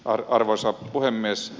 arvoisa puhemies